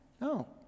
no